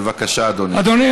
בבקשה, אדוני.